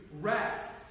rest